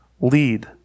lead